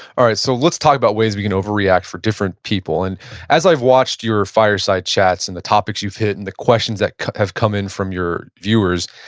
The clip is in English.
alright, so let's talk about ways we can overreact for different people. and as i've watched your fireside chats, and the topics you've hit and the questions that have come in from your viewers,